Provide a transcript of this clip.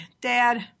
Dad